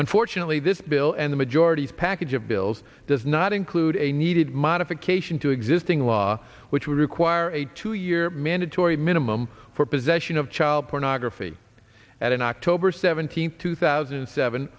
unfortunately this bill and the majority's package of bills does not include a needed modification to existing law which would require a two year mandatory minimum for possession of child pornography at an october seventeenth two thousand and seven